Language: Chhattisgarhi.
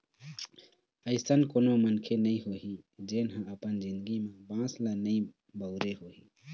अइसन कोनो मनखे नइ होही जेन ह अपन जिनगी म बांस ल नइ बउरे होही